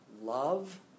love